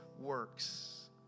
works